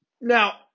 Now